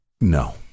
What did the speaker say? No